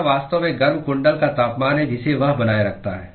यह वास्तव में गर्म कुंडल का तापमान है जिसे वह बनाए रखता है